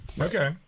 Okay